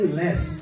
less